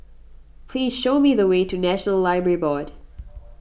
please show me the way to National Library Board